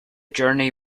journey